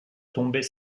tomber